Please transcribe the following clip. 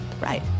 Right